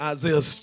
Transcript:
Isaiah